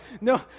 no